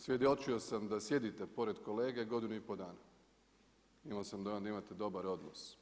Svjedočio sam da sjedite pored kolege godinu i pol dana, imao sam dojam da imate dobar odnos.